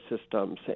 systems